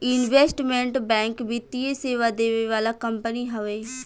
investment bank वित्तीय सेवा देवे वाला कंपनी हवे